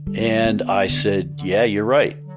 and i said, yeah, you're right.